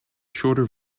shorter